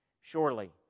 Surely